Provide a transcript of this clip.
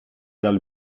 dal